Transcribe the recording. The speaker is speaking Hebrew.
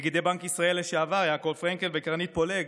נגידי בנק ישראל לשעבר יעקב פרנקל וקרנית פלוג